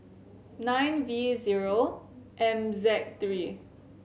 nine V zero M Z three